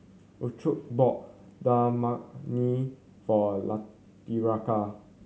Rocio bought Dal Makhani for Latricia